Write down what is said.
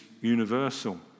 universal